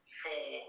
four